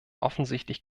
offensichtlich